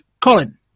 Colin